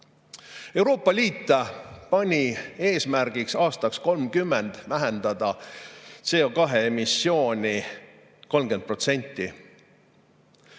Euroopa Liit seadis eesmärgiks aastaks 2030 vähendada CO2‑emissiooni 30%.